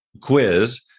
quiz